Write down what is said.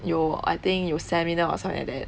有 I think 有 seminar or something like that